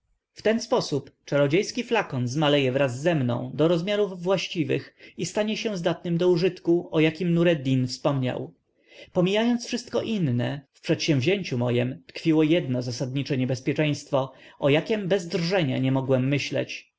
ten sposób czarodziejski flakon zmaleje wraz ze mną do rozmiarów właściwych i stanie się zdatnym do użytku o jakim nureddin wspominał pomijając wszystko inne w przedsięwzięciu mojem tkwiło jedno zasadnicze niebezpieczeństwo o jakiem bez drżenia nie mogłem myśleć